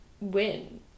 win